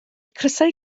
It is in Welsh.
crysau